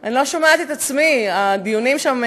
אני לא שומעת את עצמי, בגלל הדיונים שם.